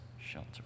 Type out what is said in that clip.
shelter